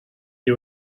you